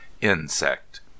insect